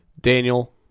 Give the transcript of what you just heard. Daniel